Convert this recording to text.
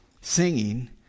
singing